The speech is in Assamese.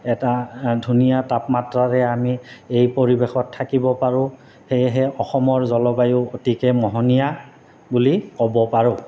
এটা ধুনীয়া তাপমাত্ৰাৰে আমি এই পৰিৱেশত থাকিব পাৰোঁ সেয়েহে অসমৰ জলবায়ু অতিকৈ মোহনীয়া বুলি ক'ব পাৰোঁ